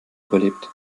überlebt